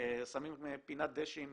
שמים פינת דשא עם